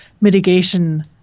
mitigation